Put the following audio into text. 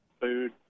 food